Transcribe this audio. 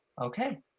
Okay